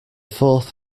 fourth